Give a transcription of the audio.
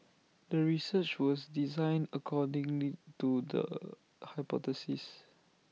the research was designed accordingly to the hypothesis